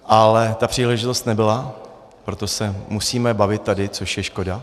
Ale ta příležitost nebyla, proto se musíme bavit tady, což je škoda.